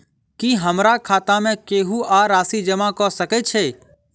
की हमरा खाता मे केहू आ राशि जमा कऽ सकय छई?